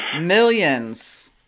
millions